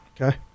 Okay